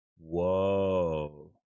Whoa